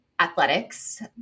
Athletics